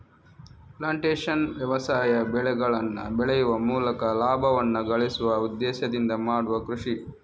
plantation ವ್ಯವಸಾಯ ಬೆಳೆಗಳನ್ನ ಬೆಳೆಯುವ ಮೂಲಕ ಲಾಭವನ್ನ ಗಳಿಸುವ ಉದ್ದೇಶದಿಂದ ಮಾಡುವ ಕೃಷಿ